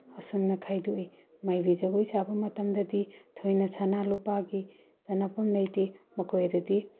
ꯑꯁꯨꯝꯅ ꯈꯥꯏꯗꯣꯛꯏ ꯃꯥꯏꯕꯤ ꯖꯒꯣꯏ ꯁꯥꯕ ꯃꯇꯝꯗꯗꯤ ꯊꯣꯏꯅ ꯁꯟꯅꯥ ꯂꯨꯄꯥꯒꯤ ꯆꯟꯅꯐꯝ ꯑꯩꯇꯦ ꯃꯈꯣꯏ ꯑꯗꯨꯗꯤ